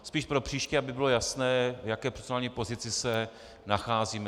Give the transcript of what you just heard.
Spíš propříště, aby bylo jasné, v jaké procedurální pozici se nacházíme.